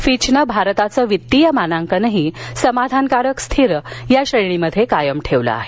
फिचनं भारताचं वित्तीय मानांकनही समाधानकारक स्थीर या श्रेणीत कायम ठेवलं याहे